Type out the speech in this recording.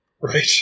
Right